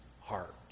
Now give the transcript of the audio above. heart